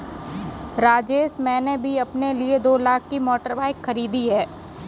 राजेश मैंने भी अपने लिए दो लाख की मोटर बाइक खरीदी है